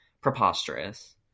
preposterous